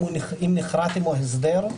אם נכרת עמו הסדר,